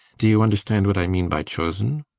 do you understand what i mean by chosen?